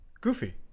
Goofy